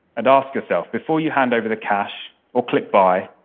and ask yourself before you hand over the cash or click buy,